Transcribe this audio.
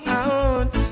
out